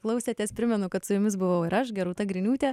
klausėtės primenu kad su jumis buvau ir aš geruta griniūtė